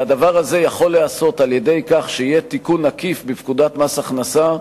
והדבר הזה יכול להיעשות על-ידי כך שיהיה תיקון עקיף בפקודת מס הכנסה,